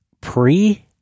pre